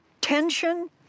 tension